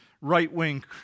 right-wing